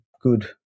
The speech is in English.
good